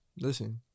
Listen